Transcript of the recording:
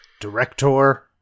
Director